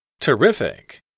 Terrific